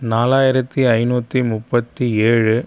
நாலாயிரத்தி ஐநூற்றி முப்பத்தி ஏழு